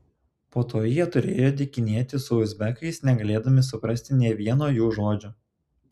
po to jie turėjo dykinėti su uzbekais negalėdami suprasti nė vieno jų žodžio